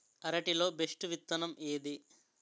అరటి లో బెస్టు విత్తనం ఏది?